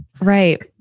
Right